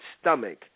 stomach